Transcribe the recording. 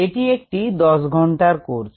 এটি একটি 10 ঘন্টার কোর্স